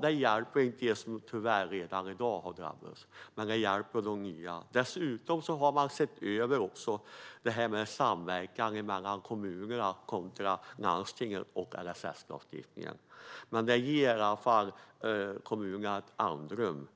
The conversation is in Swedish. Det hjälper tyvärr inte dem som redan i dag har drabbats, men det hjälper de nya. Dessutom har man sett över samverkan mellan kommuner kontra landstinget och LSS. Det ger i varje fall kommunerna ett andrum.